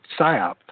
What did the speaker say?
psyop